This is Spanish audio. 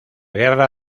guerra